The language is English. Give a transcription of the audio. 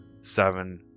seven